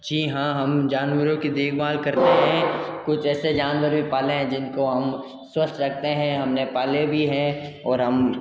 जी हाँ हम जानवरो की देखभाल करते हैं कुछ ऐसे जानवर भी पाले हैं जिनको हम स्वस्थ रखते हैं हमने पाले भी हैं और हम